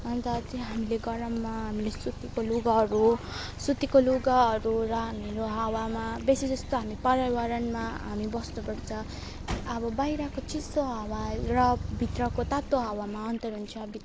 अन्त चाहिँ हामीले गरममा हामीले सुतीको लुगाहरू सुतीको लुगाहरू र हामीहरू हावामा बेसी जस्तो हामी पर्यावरणमा हामी बस्नुपर्छ अब बाहिरको चिसो हावा र भित्रको तातो हावामा अन्तर हुन्छ भित